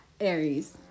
Aries